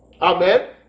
Amen